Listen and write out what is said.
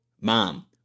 Mom